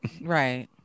Right